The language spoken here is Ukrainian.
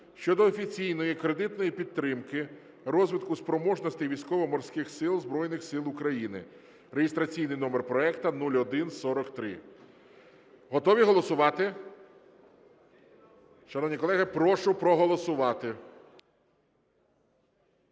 щодо офіційної кредитної підтримки розвитку спроможностей Військово-Морських Сил Збройних Сил України ( реєстраційний номер проекту 0143). Готові голосувати? Шановні колеги, прошу проголосувати.